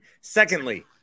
Secondly